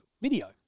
Video